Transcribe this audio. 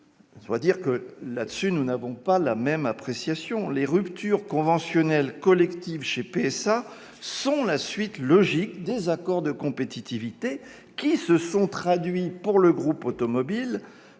ou de son équilibre. Nous n'avons pas la même appréciation : les ruptures conventionnelles collectives chez PSA sont la suite logique des accords de compétitivité, qui se sont tout de même traduits, pour ce groupe automobile,